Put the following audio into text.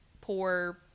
poor